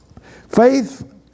faith